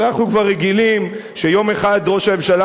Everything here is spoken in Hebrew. אז אנחנו כבר רגילים שיום אחד ראש הממשלה,